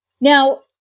Now